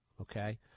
okay